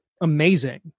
amazing